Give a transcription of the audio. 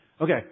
Okay